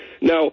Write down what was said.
Now